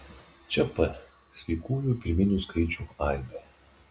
čia p sveikųjų pirminių skaičių aibė